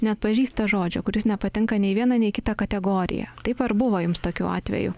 neatpažįsta žodžio kuris nepatenka nei vieną nei į kitą kategoriją taip ar buvo jums tokių atvejų